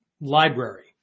library